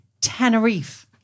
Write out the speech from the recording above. Tenerife